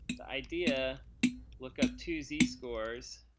the idea look up two z-scores,